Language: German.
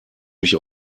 mich